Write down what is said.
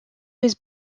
his